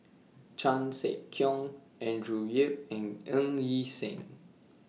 Chan Sek Keong Andrew Yip and Ng Yi Sheng